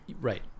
Right